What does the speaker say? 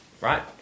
right